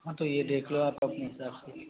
हाँ तो ये देख लो आप अपने हिसाब से